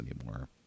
anymore